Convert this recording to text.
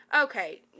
Okay